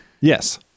Yes